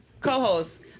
co-host